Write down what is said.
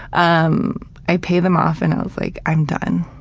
um i pay them off, and i'm like i'm done.